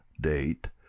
date